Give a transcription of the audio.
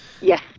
Yes